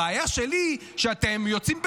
הבעיה שלי שאתם יוצאים בבשורה,